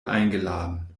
eingeladen